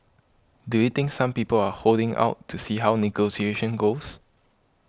do you think some people are holding out to see how negotiations goes